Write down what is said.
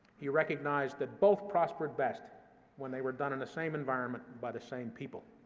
he recognized that both prospered best when they were done in the same environment by the same people.